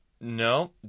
No